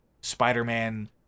Spider-Man